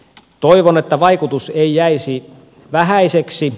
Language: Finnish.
toivon että vaikutus ei jäisi vähäiseksi